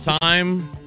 Time